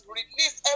release